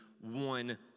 one